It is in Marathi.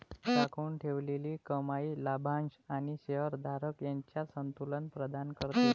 राखून ठेवलेली कमाई लाभांश आणि शेअर धारक यांच्यात संतुलन प्रदान करते